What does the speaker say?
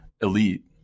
elite